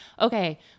okay